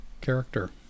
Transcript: character